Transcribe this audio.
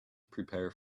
prepare